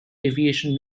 aviation